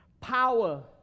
power